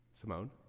simone